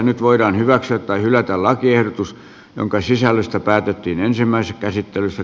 nyt voidaan hyväksyä tai hylätä lakiehdotus jonka sisällöstä päätettiin ensimmäisessä käsittelyssä